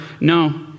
No